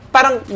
parang